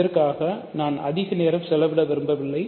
இதற்காக நான் அதிக நேரம் செலவிட விரும்பவில்லை